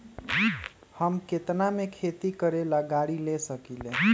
हम केतना में खेती करेला गाड़ी ले सकींले?